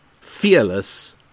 fearless